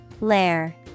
Lair